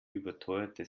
überteuerte